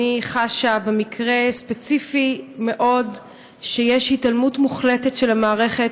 אני חשה במקרה ספציפי מאוד שיש התעלמות מוחלטת של המערכת